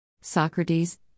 Socrates